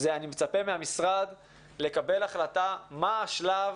אני מצפה מהמשרד לקבל החלטה מה השלב